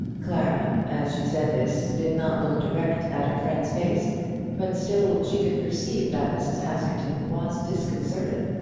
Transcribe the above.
clara, as she said this, did not look direct at her friend's face but still she could perceive that mrs. askerton was disconcerted.